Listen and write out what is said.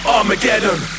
Armageddon